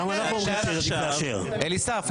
אליסף,